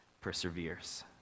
perseveres